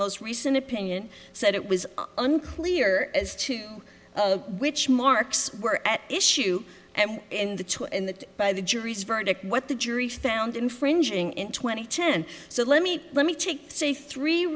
recent opinion said it was unclear as to which marks were at issue and the two and that by the jury's verdict what the jury found infringing in twenty ten so let me let me take say three